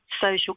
social